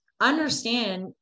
understand